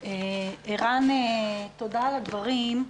ערן, תודה על הדברים.